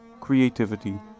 creativity